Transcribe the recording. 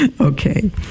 Okay